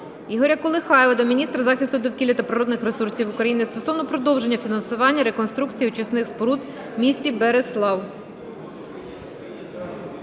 Ігоря Колихаєва до міністра захисту довкілля та природних ресурсів України стосовно продовження фінансування реконструкції очисних споруд в місті Берислав.